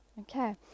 Okay